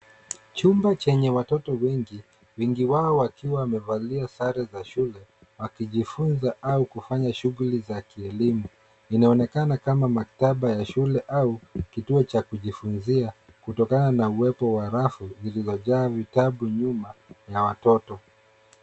Chumba chenye watoto wengi. Wengi wao wakiwa wamevalia sare za shule wakijifunza au kufanya shughuli za kielimu. Inaonekana kama maktaba ya shule au kituo cha kujifunzia kutokana na uwepo wa rafu lililojaa vitabu nyuma ya watoto.